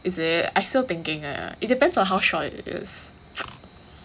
is it I still thinking leh it depends on how short it is